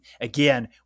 again